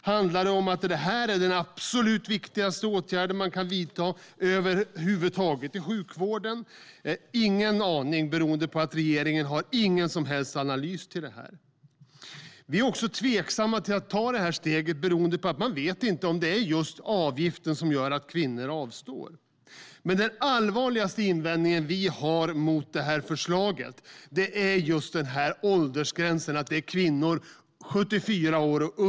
Är detta den absolut viktigaste åtgärden man kan vidta i sjukvården? Jag har ingen aning eftersom regeringen inte presenterar någon som helst analys. Vi är också tveksamma till att ta detta steg eftersom man inte vet om det är just avgiften som gör att kvinnor avstår. Vår allvarligaste invändning mot detta förslag är dock åldersgränsen för kvinnor över 74 år.